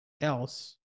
else